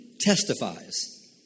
testifies